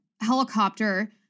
helicopter